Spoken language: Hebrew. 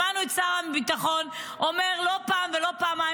שמענו את שר הביטחון אומר לא פעם ולא פעמיים,